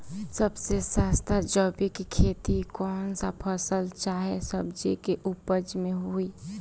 सबसे सस्ता जैविक खेती कौन सा फसल चाहे सब्जी के उपज मे होई?